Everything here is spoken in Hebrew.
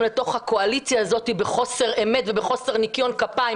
לתוך הקואליציה הזאת בחוסר אמת ובחוסר ניקיון כפיים,